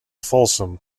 folsom